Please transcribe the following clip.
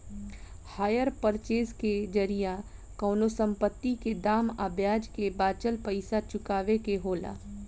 hire purchase के जरिया कवनो संपत्ति के दाम आ ब्याज के बाचल पइसा चुकावे के होला